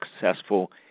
successful